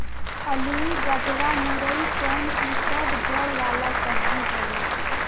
अलुई, गजरा, मूरइ कोन इ सब जड़ वाला सब्जी हवे